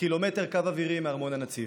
כקילומטר בקו אווירי מארמון הנציב.